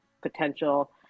potential